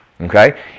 Okay